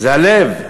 זה הלב.